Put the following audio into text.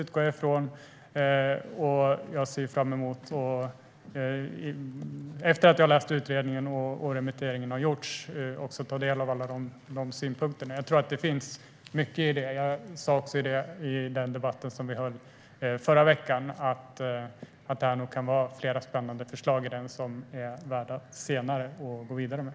Efter att jag har läst utredningen och när remissvaren har kommit ser jag fram emot att ta del av alla synpunkter. Som jag sa i debatten som vi hade förra veckan tror jag att det kan vara flera spännande förslag i utredningen som är värda att gå vidare med.